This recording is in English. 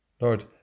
Lord